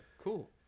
cool